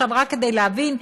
רק כדי להבין,